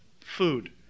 food